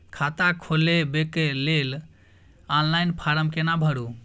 खाता खोलबेके लेल ऑनलाइन फारम केना भरु?